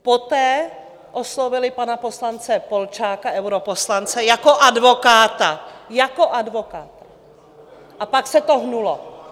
Poté oslovily pana poslance Polčáka, europoslance, jako advokáta, jako advokáta, a pak se to hnulo.